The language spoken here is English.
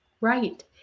Right